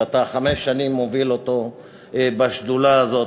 שאתה חמש שנים מוביל בשדולה הזאת,